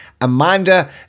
Amanda